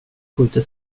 skjuter